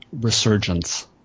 resurgence